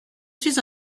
suis